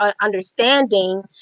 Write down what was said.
understanding